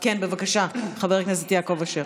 בבקשה, חבר הכנסת יעקב אשר.